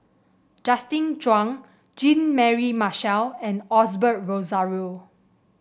Justin Zhuang Jean Mary Marshall and Osbert Rozario